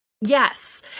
Yes